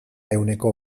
ehuneko